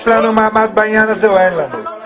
יש לנו מעמד בעניין הזה או אין לנו?